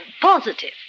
Positive